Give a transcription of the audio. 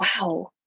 wow